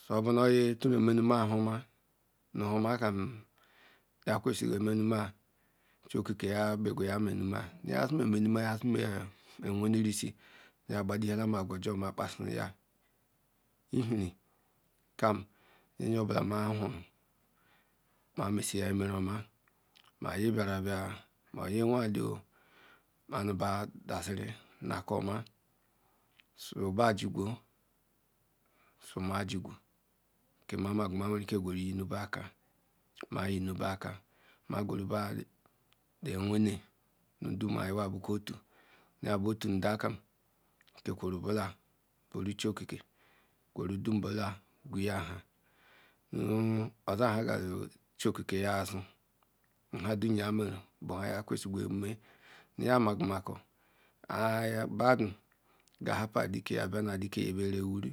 Su bu nye tui ome nu ma ihu oma Nu ihu oma kam yah kasiri omu ma Chi ku ka yah biku ya meun ma Ya su un omu ma ya si nu owele risi Nye ba du yage huga ju ma pasi nu ya ihe kam Ya nu oyo ebila ma huru ma mesi yah Imera oma ma nye ba ru ba Ma nye wen eli, Ma nu ba dasire nuaka oma Su oba ji gu si ma ji gu ke ma gu Ka ma kam ma iveru ike guru renu ba aka Ma ye nu ba aka, Ma guru ba le weynne nu dum ayi wa bu ofu, ni yq bu ofu nda kam kukuaru bula buru chi okeke guru dum bula guya ham nu osah ha kam guru chi okeke yah azu Nha dum ya meru bu nha ya kesiri bu omu eme Na ya magu ma ko ni ya badu ga hupu eli ke ya bra nu ch re nye boya wudu